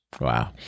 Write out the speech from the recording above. Wow